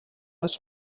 els